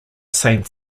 saint